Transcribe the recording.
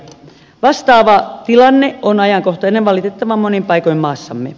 vastaava tilanne on ajankohtainen valitettavan monin paikoin maassamme